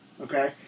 Okay